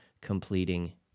completing